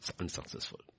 unsuccessful